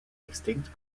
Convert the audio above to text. extinct